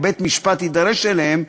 או בית-משפט יידרש אליהם,